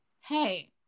hey